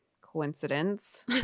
coincidence